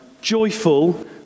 joyful